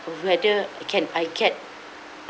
whether it can I get